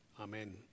amen